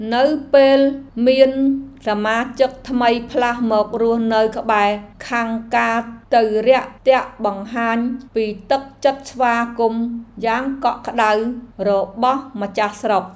នៅពេលមានសមាជិកថ្មីផ្លាស់មករស់នៅក្បែរខាងការទៅរាក់ទាក់បង្ហាញពីទឹកចិត្តស្វាគមន៍យ៉ាងកក់ក្តៅរបស់ម្ចាស់ស្រុក។